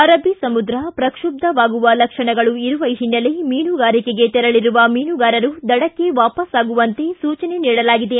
ಅರಬ್ಬ ಸಮುದ್ರ ಪ್ರಕ್ಷುಬ್ದ ವಾಗುವ ಲಕ್ಷಣಗಳು ಇರುವ ಹಿನ್ನೆಲೆ ಮೀನುಗಾರಿಕೆಗೆ ತೆರಳರುವ ಮೀನುಗಾರರು ದಡಕ್ಕೆ ವಾಪಾಸಾಗುವಂತೆ ಸೂಚನೆ ನೀಡಲಾಗಿದೆ